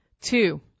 Two